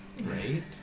Right